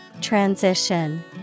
Transition